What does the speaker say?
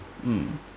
mm